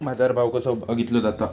बाजार भाव कसो बघीतलो जाता?